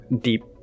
deep